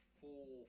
four